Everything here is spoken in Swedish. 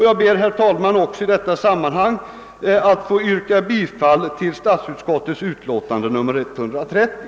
Jag kommer också, herr talman, att rösta för bifall till statsutskottets hemställan i dess utlåtande nr 130.